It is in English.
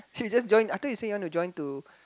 so you just join I thought you say you want to join to